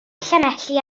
llanelli